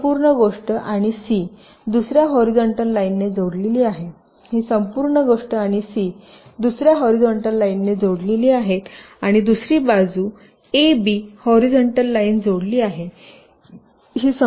ही संपूर्ण गोष्ट आणि सी दुसर्या हॉरीझॉन्टल लाईनने जोडलेली आहेत ही संपूर्ण गोष्ट आणि सी दुसर्या हॉरीझॉन्टल लाईनने जोडलेली आहेत आणि दुसरी बाजू अब हॉरीझॉन्टल लाईन जोडली आहे